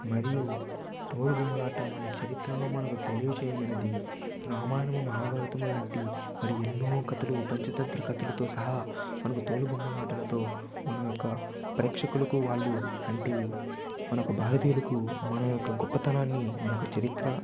మరియు తోలుబొమ్మలాట మన చరిత్రను మనకు తెలియజేయునది రామాయణము మహాభారతము లాంటి మరి ఎన్నో కథలు పంచతంత్ర కథలుతో సహా మనకు తోలుబొమ్మలాటలతో మన యొక్క ప్రేక్షకులకు వాళ్ళు అంటే మనకు భారతీయులకు మన యొక్క గొప్పతనాన్ని మనకు చరిత్ర